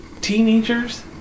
teenagers